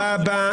תודה רבה.